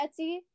Etsy